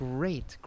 Great